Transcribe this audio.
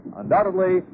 undoubtedly